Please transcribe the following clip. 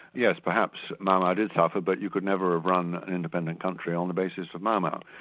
yes, perhaps mau mau did suffer, but you could never have run an independent country on the basis of mau mau.